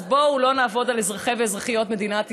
אז בואו, לא נעבוד על אזרחי ואזרחיות מדינת ישראל.